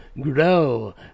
Grow